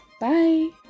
bye